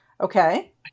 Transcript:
Okay